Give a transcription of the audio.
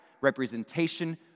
representation